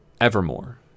Evermore